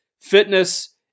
Fitness